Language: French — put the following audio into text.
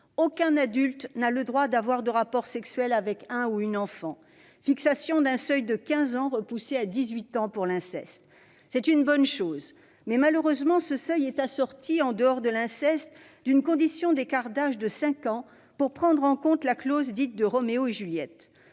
aucun adulte n'a le droit d'avoir des rapports sexuels avec un ou une enfant ; fixation d'un seuil de 15 ans, reporté à 18 ans pour l'inceste. C'est une bonne chose, mais, malheureusement, ce seuil est assorti, en dehors de l'inceste, d'une condition d'écart d'âge de cinq ans pour prendre en compte la « clause de Roméo et Juliette